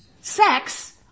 sex